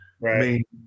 right